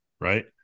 Right